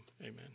Amen